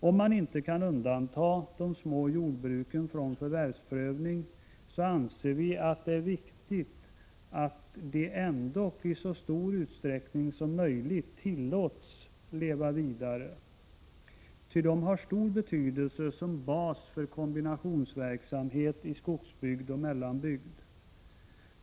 Om man inte kan undanta de små jordbruken från förvärvsprövning, så anser vi att det är viktigt att de ändock i så stor utsträckning som möjligt tillåts leva vidare, ty de har stor betydelse som bas för kombinationsverksamhet i skogsbygd och mellanbygd.